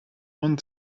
und